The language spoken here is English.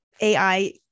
ai